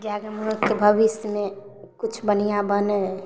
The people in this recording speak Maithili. किए तऽ भविष्यमे किछु बढ़िऑं बनै